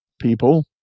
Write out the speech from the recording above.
people